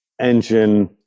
engine